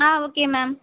ah okay ma'am